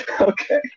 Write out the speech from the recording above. Okay